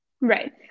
Right